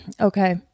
Okay